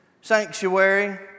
sanctuary